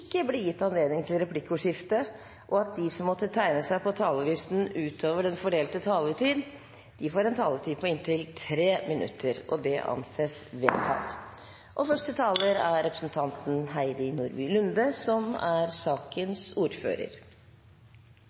ikke blir gitt anledning til replikkordskifte, og at de som måtte tegne seg på talerlisten utover den fordelte taletid, får en taletid på inntil 3 minutter. Det anses vedtatt. Veldig kort: Stortinget vedtok, på bakgrunn av Prop. 112 L for 2011–2012, lov om ny fellesordning for arbeidsgivers innrapportering av ansettelsesforhold og